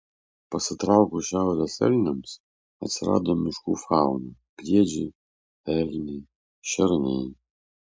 pasitraukus šiaurės elniams atsirado miškų fauna briedžiai elniai šernai